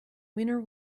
winner